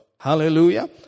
Hallelujah